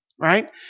Right